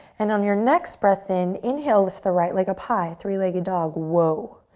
and on your next breath in, inhale with the right leg up high, three-legged dog, whoa.